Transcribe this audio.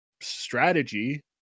strategy